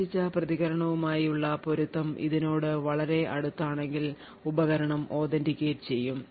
പ്രതീക്ഷിച്ച പ്രതികരണവുമായി ഉള്ള പൊരുത്തം ഇതിനോട് വളരെ അടുത്താണെങ്കിൽ ഉപകരണം authenticate ചെയ്യും